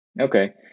Okay